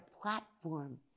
platform